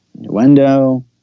nuendo